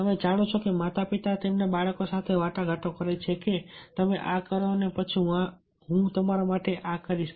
તમે જાણો છો કે માતાપિતા તેમના બાળકો સાથે વાટાઘાટો કરે છે કે તમે આ કરો અને પછી હું તમારા માટે આ કરીશ